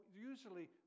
usually